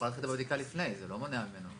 הוא יכול לעשות את הבדיקה לפני, זה לא מונע ממנו.